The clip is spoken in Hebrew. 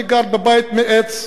אני גר בבית מעץ,